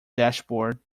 dashboard